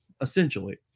essentially